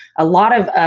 a lot of